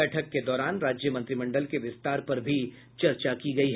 बैठक के दौरान राज्य मंत्रिमंडल के विस्तार पर भी चर्चा की गयी